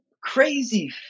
crazy